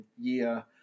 year